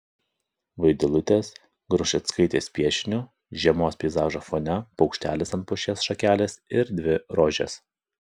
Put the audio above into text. vaidilutės grušeckaitės piešiniu žiemos peizažo fone paukštelis ant pušies šakelės ir dvi rožės